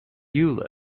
you